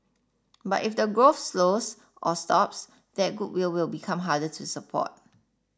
but if the growth slows or stops that goodwill will become harder to support